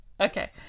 Okay